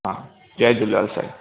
हा जय झूलेलाल साईं